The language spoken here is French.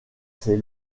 ces